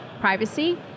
privacy